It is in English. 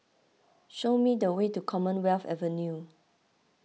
show me the way to Commonwealth Avenue